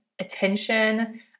attention